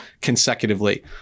consecutively